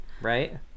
Right